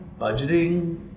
budgeting